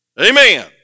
Amen